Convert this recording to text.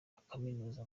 akaminuza